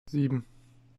sieben